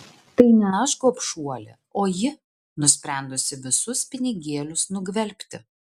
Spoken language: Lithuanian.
tai ne aš gobšuolė o ji nusprendusi visus pinigėlius nugvelbti